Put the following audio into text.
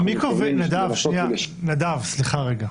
סליחה רגע.